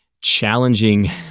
challenging